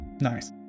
Nice